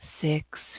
Six